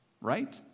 right